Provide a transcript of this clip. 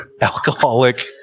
alcoholic